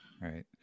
Right